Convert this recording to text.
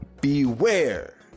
beware